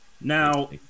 Now